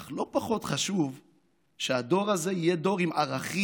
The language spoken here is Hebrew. אך לא פחות חשוב שהדור הזה יהיה דור עם ערכים,